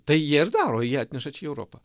tai jie ir daro jie atneša čia į europą